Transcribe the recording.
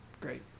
Great